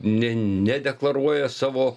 ne nedeklaruoja savo